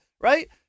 right